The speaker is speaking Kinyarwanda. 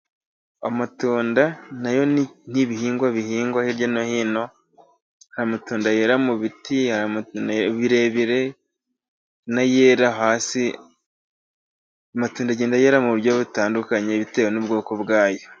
Amatunda na yo n'ibihingwa bihingwa hirya no hino, hari amatunda yera mu biti birebire n'ayera hasi, amatunda agenda yera mu buryo butandukanye, bitewe n'ubwoko bwayo.